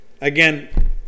Again